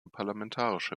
parlamentarische